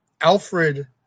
Alfred